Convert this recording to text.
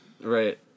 Right